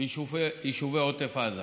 ויישוב עוטף עזה.